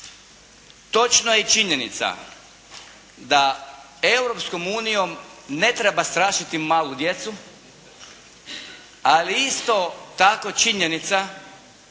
Točna je činjenica da Europskom unijom ne treba strašiti malu djecu, ali isto tako činjenica da